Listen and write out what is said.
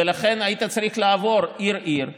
ולכן היית צריך לעבור עיר-עיר ולחלץ.